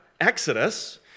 Exodus